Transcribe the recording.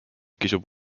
kisub